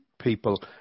people